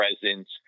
presence